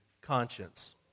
conscience